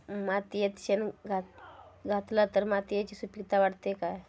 मातयेत शेण घातला तर मातयेची सुपीकता वाढते काय?